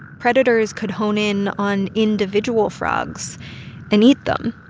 predators could hone in on individual frogs and eat them,